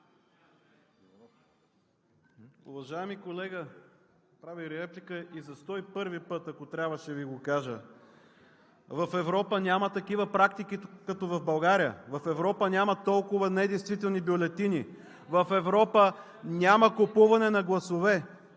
Уважаеми колега, правя Ви реплика и за 101-и път, ако трябва ще Ви го кажа: в Европа няма такива практики като в България. В Европа няма толкова недействителни бюлетини. В Европа няма купуване на гласове.